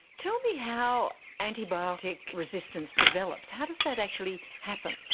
tell me how antibiotic resistance develops, how does that actually happen?